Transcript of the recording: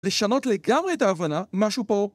לשנות לגמרי את ההבנה, משהו פה.